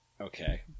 Okay